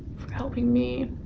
for helping me